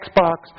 Xbox